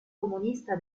comunista